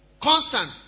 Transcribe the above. Constant